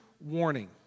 warning